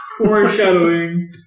Foreshadowing